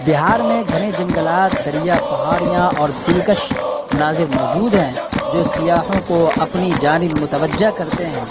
بہار میں گھنے جنگلات دریا پہاڑیاں اور دلکش مناظر موجود ہیں جو سیاحوں کو اپنی جانب متوجہ کرتے ہیں